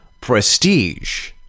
prestige